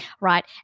right